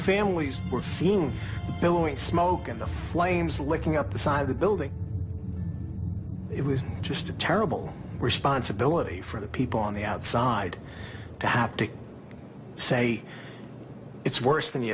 families were seeing billowing smoke in the flames licking up the side of the building it was just a terrible responsibility for the people on the outside to have to say it's worse than you